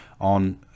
on